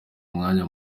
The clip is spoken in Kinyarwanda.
umwanya